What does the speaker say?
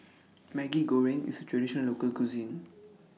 Maggi Goreng IS A Traditional Local Cuisine